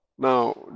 Now